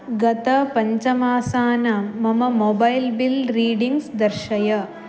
गतपञ्चमासानां मम mobile bill readings दर्शय